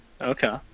okay